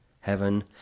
heaven